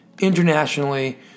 internationally